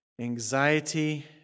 Anxiety